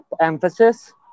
emphasis